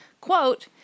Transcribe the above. Quote